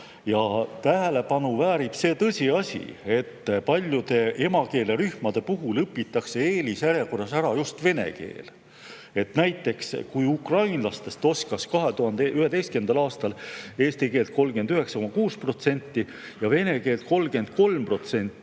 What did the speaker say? Tähelepanu väärib tõsiasi, et paljudes emakeelerühmades õpitakse eelisjärjekorras ära just vene keel. Näiteks ukrainlastest oskas 2011. aastal eesti keelt 39,6% ja vene keelt 33%,